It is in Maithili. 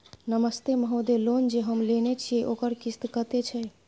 नमस्ते महोदय, लोन जे हम लेने छिये ओकर किस्त कत्ते छै?